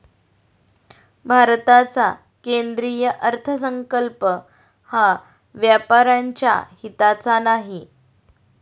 भारताचा केंद्रीय अर्थसंकल्प हा व्यापाऱ्यांच्या हिताचा नाही